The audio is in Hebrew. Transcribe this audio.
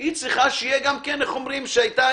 היא צריכה שיהיה גם, לדעת